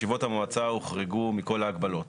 ישיבות המועצה הוחרגו מכל ההגבלות.